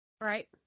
Right